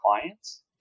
clients